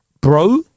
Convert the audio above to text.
bro